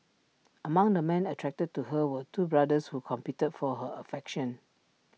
among the men attracted to her were two brothers who competed for her affection